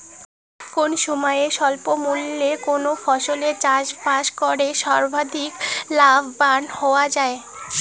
কম সময়ে স্বল্প মূল্যে কোন ফসলের চাষাবাদ করে সর্বাধিক লাভবান হওয়া য়ায়?